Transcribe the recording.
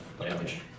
damage